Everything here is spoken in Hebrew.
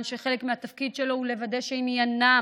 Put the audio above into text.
שחלק מהתפקיד שלו הוא לוודא שענייניו